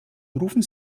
rufen